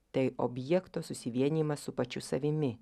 tai objekto susivienijimas su pačiu savimi